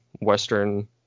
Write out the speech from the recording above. western